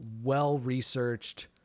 well-researched